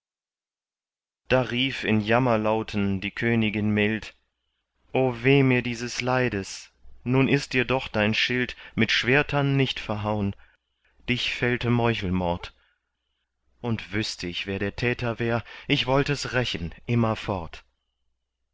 da rief in jammerlauten die königin mild o weh mir dieses leides nun ist dir doch dein schild mit schwertern nicht verhauen dich fällte meuchelmord und wüßt ich wer der täter wär ich wollt es rächen